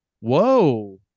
Whoa